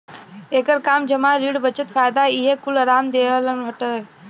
एकर काम जमा, ऋण, बचत, फायदा इहे कूल आराम देहल हटे